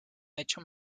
hecho